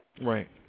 Right